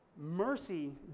Mercy